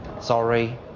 sorry